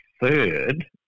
third